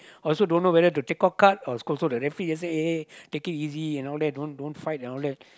I also don't know whether to take out card or scold so the referee and say take it easy and don't fight all that